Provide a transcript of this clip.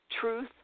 truth